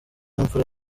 imfura